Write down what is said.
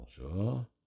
Bonjour